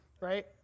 right